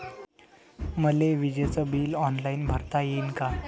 मले विजेच bill online भरता येईन का?